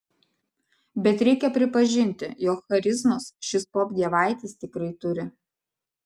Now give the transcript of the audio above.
bet reikia pripažinti jog charizmos šis popdievaitis tikrai turi